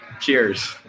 cheers